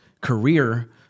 career